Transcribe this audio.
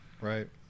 Right